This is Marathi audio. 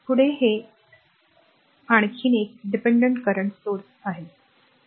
पुढे हे आहे हे r आहे आणखी एक r dependent current source